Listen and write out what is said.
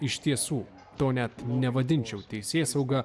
iš tiesų to net nevadinčiau teisėsauga